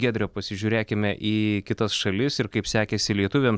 giedre pasižiūrėkime į kitas šalis ir kaip sekėsi lietuviams